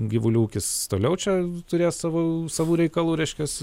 gyvulių ūkis toliau čia turės savo savų reikalų reiškias